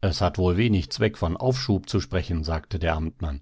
es hat wohl wenig zweck von aufschub zu sprechen sagte der amtmann